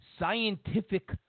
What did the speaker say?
scientific